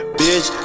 bitch